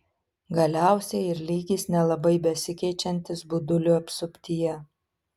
galiausiai ir lygis nelabai besikeičiantis budulių apsuptyje